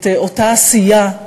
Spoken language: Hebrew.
את אותה עשייה,